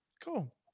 cool